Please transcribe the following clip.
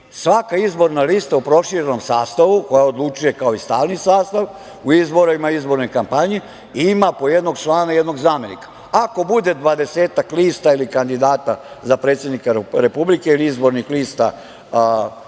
svaka izborna lista u proširenom sastavu koja odlučuje kao i stalni sastav u izborima i izbornoj kampanji ima po jednog člana i jednog zamenika. Ako bude 20-ak lista ili kandidata za predsednika Republike ili izbornih lista